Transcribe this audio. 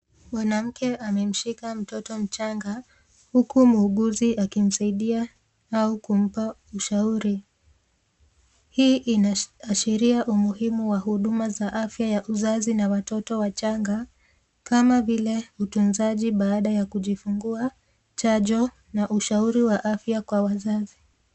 Mwanamke amemshika mtoto mchanga, huku muuguzi akimsaidia au kumpa ushauri, hii inaashiria umuhimu wa huduma za afya ya uzazi na watoto wachanga, kama vile utunzaji baada ya kujifungua, chanjo na ushauri wa afya kwa wazazi.